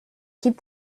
keep